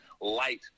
light